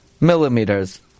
millimeters